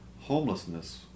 homelessness